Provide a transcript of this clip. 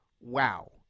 Wow